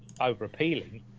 over-appealing